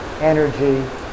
energy